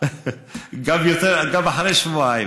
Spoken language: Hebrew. גם אחרי שבועיים,